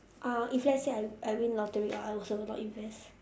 uh if let's say I I win lottery ah I also will not invest